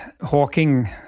Hawking